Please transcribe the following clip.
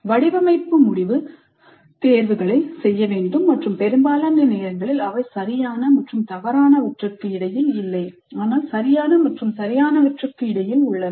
வடிவமைப்பு முடிவு தேர்வுகளை செய்யுங்கள் மற்றும் பெரும்பாலான நேரங்களில் அவை சரியான மற்றும் தவறானவற்றுக்கு இடையில் இல்லை ஆனால் சரியான மற்றும் சரியானவற்றுக்கு இடையில் உள்ளன